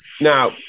now